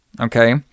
okay